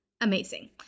amazing